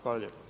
Hvala lijepa.